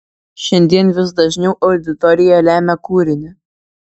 šiandien vis dažniau auditorija lemia kūrinį